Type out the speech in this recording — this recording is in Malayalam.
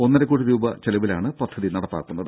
ഒന്നര കോടി രൂപയിലാണ് പദ്ധതി നടപ്പാക്കുന്നത്